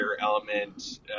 element